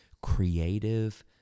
creative